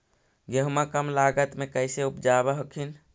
गेहुमा कम लागत मे कैसे उपजाब हखिन?